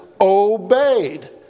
obeyed